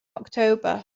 october